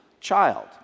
child